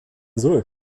soll